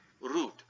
rude